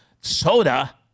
soda